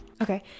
Okay